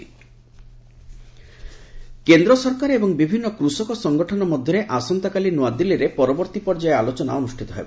ଗଭ୍ farmers talk କେନ୍ଦ୍ର ସରକାର ଏବଂ ବିଭିନ୍ନ କୃଷକ ସଙ୍ଗଠନ ମଧ୍ୟରେ ଆସନ୍ତାକାଲି ନୂଆଦିଲ୍ଲୀରେ ପରବର୍ତ୍ତୀ ପର୍ଯ୍ୟାୟ ଆଲୋଚନା ଅନୁଷ୍ଠିତ ହେବ